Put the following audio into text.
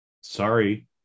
sorry